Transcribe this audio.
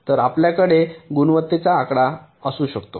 तर आपल्याकडे गुणवत्तेचा आकडा असू शकतो